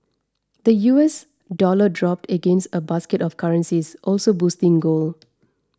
the U S dollar dropped against a basket of currencies also boosting gold